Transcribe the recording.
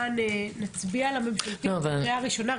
נצביע על הנוסח הממשלתי בקריאה ראשונה,